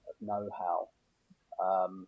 know-how